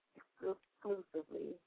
Exclusively